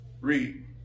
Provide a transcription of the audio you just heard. read